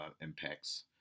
impacts